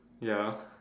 ya